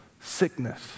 sickness